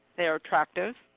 they are attractive,